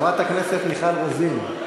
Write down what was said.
חברת הכנסת מיכל רוזין.